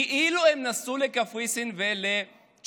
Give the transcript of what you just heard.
כאילו שהם נסעו לקפריסין ולצ'כיה?